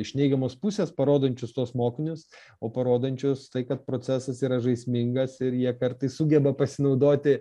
iš neigiamos pusės parodančius tuos mokinius o parodančius tai kad procesas yra žaismingas ir jie kartais sugeba pasinaudoti